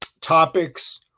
topics